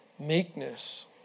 meekness